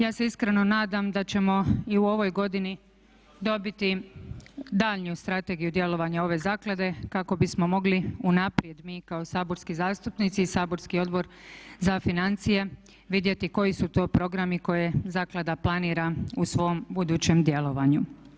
Ja se iskreno nadam da ćemo i u ovoj godini dobiti daljnju strategiju djelovanja ove zaklade kako bismo mogli unaprijed kao saborski zastupnici i saborski Odbor za financije vidjeti koji su to programi koje zaklada planira u svom budućem djelovanju.